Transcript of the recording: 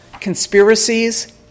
conspiracies